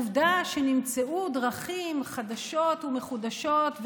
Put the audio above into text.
עובדה שנמצאו דרכים חדשות ומחודשות,